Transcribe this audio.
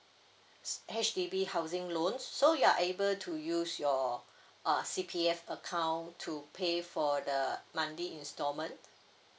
H_D_B housing loan so you are able to use your uh C_P_F account to pay for the monthly installment